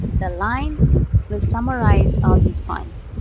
the line will summarize all these points.